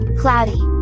cloudy